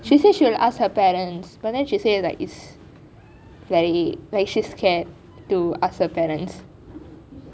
because she has to ask her parents but then say she like it's very very like she's scared to ask her parents